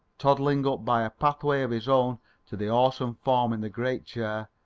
toddling up by a pathway of his own to the awesome form in the great chair,